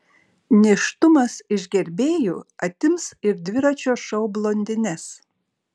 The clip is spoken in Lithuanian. nėštumas iš gerbėjų atims ir dviračio šou blondines